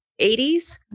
80s